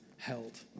held